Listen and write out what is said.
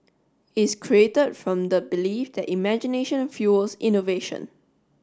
is created from the belief that imagination fuels innovation